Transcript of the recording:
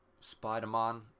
Spider-Man